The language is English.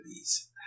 bees